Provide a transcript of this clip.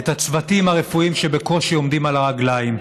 את הצוותים הרפואיים שבקושי עומדים על הרגליים.